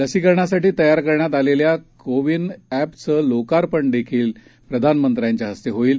लसीकरणासाठीतयारकरण्यातआलेल्याकोविनऍपचंलोकार्पणहीप्रधानमंत्र्यांच्याहस्तेहोईल